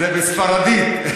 זה בספרדית,